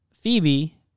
Phoebe